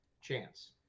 chance